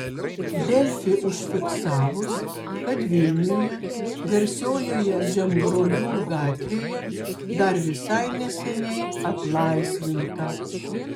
delfi užfiksavus kad vilniuje garsiojoje žemgrobių gatvėje dar visai neseniai atlaisvinta